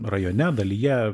rajone dalyje